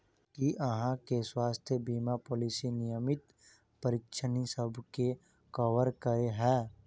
की अहाँ केँ स्वास्थ्य बीमा पॉलिसी नियमित परीक्षणसभ केँ कवर करे है?